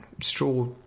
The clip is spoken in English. straw